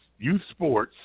Youthsports